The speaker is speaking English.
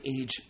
age